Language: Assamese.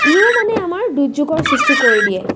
ইও মানে আমাৰ দুৰ্যোগৰ সৃষ্টি কৰি দিয়ে